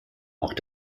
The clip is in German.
auch